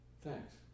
thanks